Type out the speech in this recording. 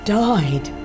died